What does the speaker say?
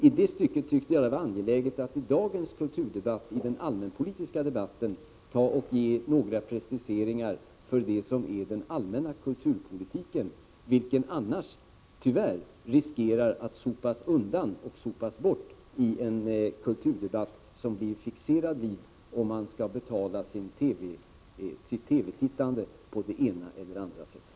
I det stycket tyckte jag det var angeläget att i dagens kulturdebatt, i den allmänpolitiska debatten, ge några preciseringar av det som är den allmänna kulturpolitiken, vilken annars tyvärr riskerar att sopas undan och bort i en kulturdebatt, som blir fixerad vid om man skall betala sitt TV-tittande på det ena eller andra sättet.